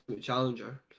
Challenger